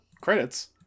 credits